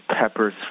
peppers